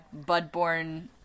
Budborn